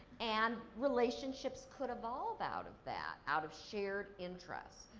and, relationships could evolve out of that. out of shared interest.